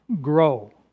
grow